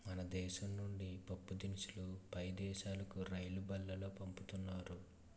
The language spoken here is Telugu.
మన దేశం నుండి పప్పుదినుసులు పై దేశాలుకు రైలుబల్లులో పంపుతున్నారు